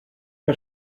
que